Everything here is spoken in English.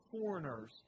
foreigners